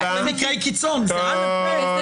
תודה רבה.